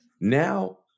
Now